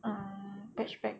ah patch back